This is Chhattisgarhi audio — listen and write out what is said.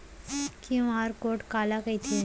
क्यू.आर कोड काला कहिथे?